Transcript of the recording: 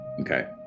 Okay